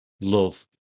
love